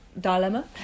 dilemma